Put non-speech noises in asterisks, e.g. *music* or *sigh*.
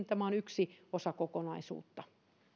*unintelligible* tämä on yksi osa kokonaisuutta